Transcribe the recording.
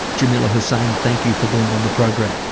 jamila hussain thank you for being on the program.